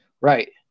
Right